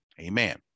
amen